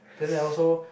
then I also